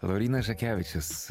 laurynas žakevičius